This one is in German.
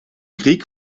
krieg